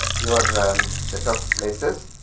you are um set of places,